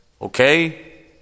Okay